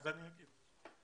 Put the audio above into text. אני אענה לך.